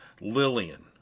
Lillian